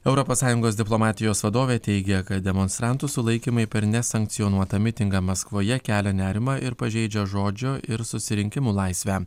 europos sąjungos diplomatijos vadovė teigia kad demonstrantų sulaikymai per nesankcionuotą mitingą maskvoje kelia nerimą ir pažeidžia žodžio ir susirinkimų laisvę